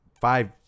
five